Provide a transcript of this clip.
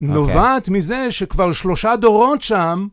נובעת מזה שכבר שלושה דורות שם.